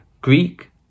Greek